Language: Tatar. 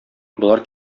болар